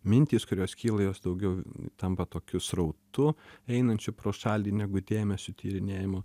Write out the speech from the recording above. mintys kurios kyla jos daugiau tampa tokiu srautu einančiu pro šalį negu dėmesiu tyrinėjimu